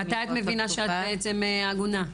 מתי את מבינה שאת בעצם עגונה?